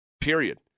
period